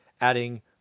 adding